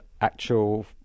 actual